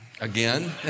again